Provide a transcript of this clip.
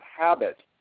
habit